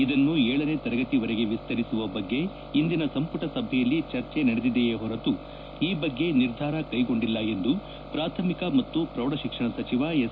ಇದನ್ನು ಏಳನೆ ತರಗತಿವರೆಗೆ ವಿಸ್ತರಿಸುವ ಬಗ್ಗೆ ಇಂದಿನ ಸಂಪುಟ ಸಭೆಯಲ್ಲಿ ಚರ್ಚೆ ನಡೆದಿದೆಯೇ ಹೊರತು ಈ ಬಗ್ಗೆ ನಿರ್ಧಾರ ಕೈಗೊಂಡಿಲ್ಲ ಎಂದು ಪಾಥಮಿಕ ಮತ್ತು ಪ್ರೌಢ ಶಿಕ್ಷಣ ಸಚಿವ ಎಸ್